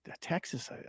Texas –